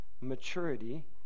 maturity